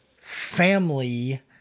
family